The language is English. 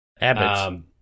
Abbot